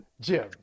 Jim